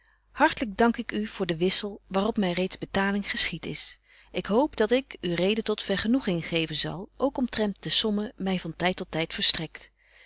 hartlyk dank ik u voor den wissel waarop my reeds betaling geschiet is ik hoop dat ik u reden tot vergenoeging geven zal ook omtrent de sommen my van tyd tot tyd verstrekt